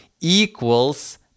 Equals